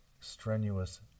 strenuous